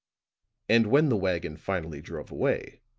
and when the wagon finally drove away,